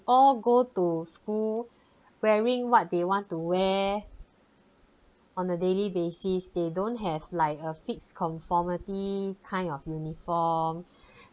all go to school wearing what they want to wear on a daily basis they don't have like a fixed conformity kind of uniform